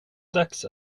dags